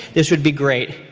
this would be great.